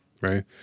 right